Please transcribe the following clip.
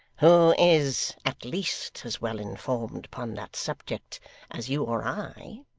who is at least as well informed upon that subject as you or i